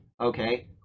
okay